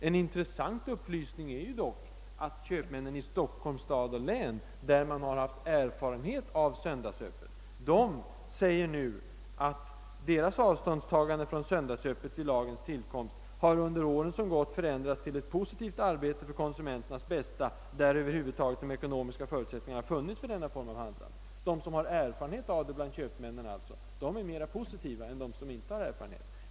En intressant upplysning är dock att köpmännen i Stockholms stad och län, där man har haft erfarenhet av söndagsöppet, nu säger att deras »avståndstagande från söndagsöppet vid lagens tillkomst under åren som gått har förändrats till ett positivt arbete för konsumenternas bästa där över huvud taget de ekonomiska förutsättningarna funnits för denna form av handlande«. De bland köpmännen som har erfarenhet av söndagsöppet är alltså mera positiva än de som inte har sådan erfarenhet.